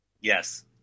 Yes